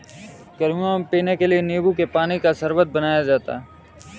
गर्मियों में पीने के लिए नींबू के पानी का शरबत बनाया जाता है